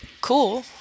cool